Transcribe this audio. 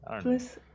Plus